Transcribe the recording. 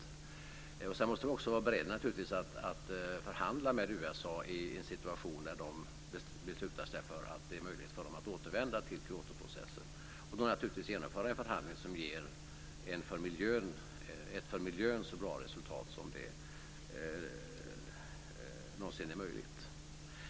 Vi måste naturligtvis också vara beredda att förhandla med USA i en situation där landet beslutar att det är möjligt för USA att återvända till Kyotoprocessen för att genomföra en förhandling som ger ett för miljön så bra resultat som det någonsin är möjligt.